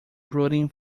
brooding